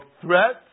threats